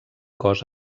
cos